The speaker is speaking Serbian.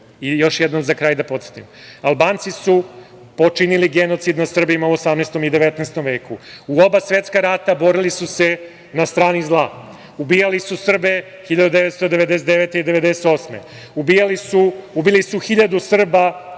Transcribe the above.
još jednom za kraj da podsetim, Albanci su počinili genocid nad Srbima u 18. i 19. veku. U oba svetska rata borili su se na strani zla. Ubijali su Srbe 1999. i 1998. godine. Ubili su hiljadu Srba